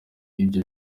ibyo